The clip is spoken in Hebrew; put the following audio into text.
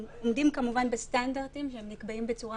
כמובן, עומדים בסטנדרטים שנקבעים בצורה